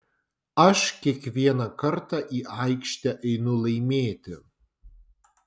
aš kiekvieną kartą į aikštę einu laimėti